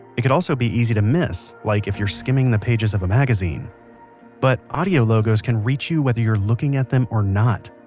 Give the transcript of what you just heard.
it could also be easy to miss, like if you're skimming the pages of a magazine but, audio logos can reach you whether you're looking at them or not.